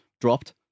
dropped